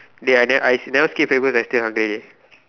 dey I ne~ I never skip breakfast I still hungry